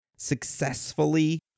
successfully